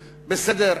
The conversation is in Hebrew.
בסדר,